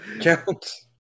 Counts